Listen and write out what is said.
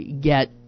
get